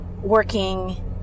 working